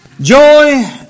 Joy